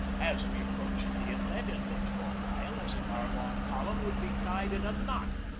as we approached the inlet it looked for a while as if our long column would be tied in a knot.